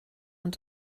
und